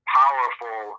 powerful